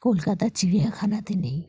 কলকাতা চিড়িয়াখানাতে নেই